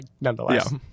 nonetheless